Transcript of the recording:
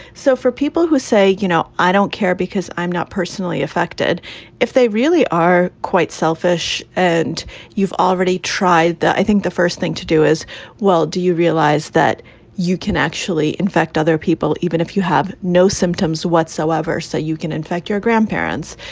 so for people who say, you know, i don't care because i'm not personally affected if they really are quite selfish and you've already tried that. i think the first thing to do as well, do you realize that you can actually infect other people even if you have no symptoms whatsoever? so you can infect your grandparents.